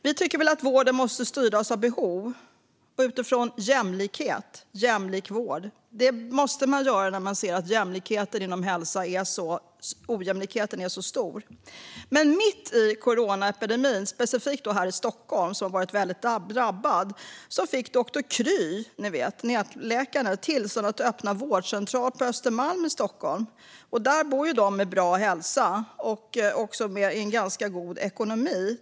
Vi tycker att vården måste styras av behov och utifrån jämlikhet, jämlik vård. Det måste man tycka när man ser att ojämlikheten inom hälsa är så stor. Men mitt i coronaepidemin, specifikt här i Stockholm som varit väldigt drabbat, fick nätläkaren Kry tillstånd att öppna vårdcentral på Östermalm i Stockholm, och där bor ju de med bra hälsa och också en ganska god ekonomi.